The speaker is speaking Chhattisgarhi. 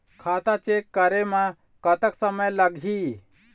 खाता चेक करे म कतक समय लगही?